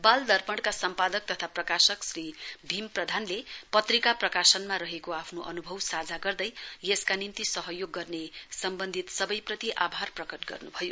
बाल दर्पणका सम्पादक तथा प्रकाश श्री भीम प्रधानले पत्रिका प्रकाशनमा रहेको आफ्नो अनुभव साझा गर्दै यसका निम्ति सहयोग गर्ने सम्बन्धित सबैप्रति आभार प्रकट गर्नुभयो